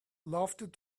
loved